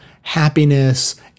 happiness